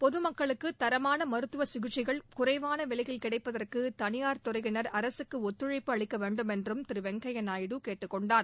பொதுமக்களுக்கு தரமான மருத்துவ சிகிச்சைகள் குறைவான விலையில் கிடைப்பதற்கு தனியார் துறையினர் அரசுக்கு ஒத்துழைப்பு அளிக்க வேண்டும் என்றும் திரு வெங்கப்யா நாயுடு கேட்டுக் கொண்டார்